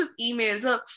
emails